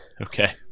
Okay